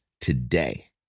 today